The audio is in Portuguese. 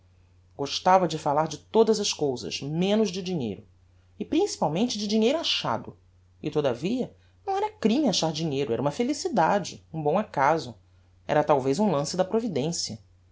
gostava de falar de todas as cousas menos de dinheiro e principalmente de dinheiro achado e todavia não era crime achar dinheiro era uma felicidade um bom acaso era talvez um lance da providencia